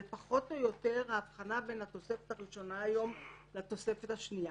זה פחות או יותר ההבחנה בין התוספת הראשונה היום לתוספת השנייה.